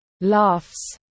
laughs